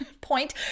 point